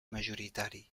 majoritari